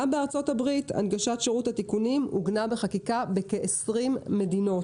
גם בארצות הברית הנגשת שירות התיקונים עוגנה בחקיקה בכעשרים מדינות.